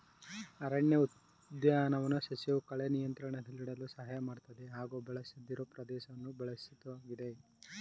ಅರಣ್ಯಉದ್ಯಾನ ಸಸ್ಯವು ಕಳೆ ನಿಯಂತ್ರಣದಲ್ಲಿಡಲು ಸಹಾಯ ಮಾಡ್ತದೆ ಹಾಗೂ ಬಳಸದಿರೋ ಪ್ರದೇಶವನ್ನ ಬಳಸೋದಾಗಿದೆ